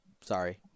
sorry